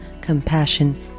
compassion